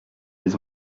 les